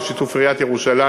בשיתוף עיריית ירושלים,